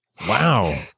Wow